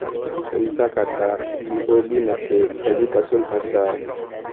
तुमचा खाता बी.ओ.बी मध्ये कधीपासून आसा?